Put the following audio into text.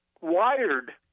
wired